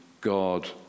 God